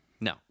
no